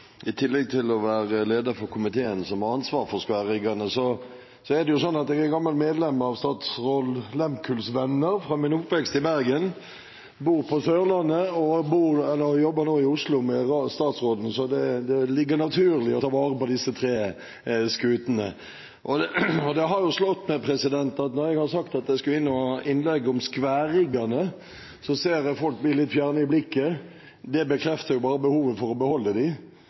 det sånn at jeg er gammelt medlem av Statsraad Lehmkuhls Venner fra min oppvekst i Bergen, bor på Sørlandet og jobber nå i Oslo med «Christian Radich». Så det ligger naturlig for meg å ta vare på disse tre skutene. Det har slått meg når jeg har sagt at jeg skulle ha innlegg om skværriggerne, at folk blir litt fjerne i blikket. Det bekrefter bare behovet for å beholde dem, så folk også i framtiden kan vite hva en rigg er, og hva en skværrigg er i forhold til gaffelrigg og de